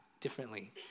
differently